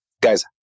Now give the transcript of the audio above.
Guys